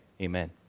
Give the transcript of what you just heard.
amen